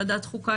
ועדת חוקה,